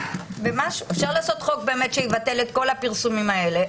אפשר לעשות חוק שיבטל את כל הפרסומים האלה,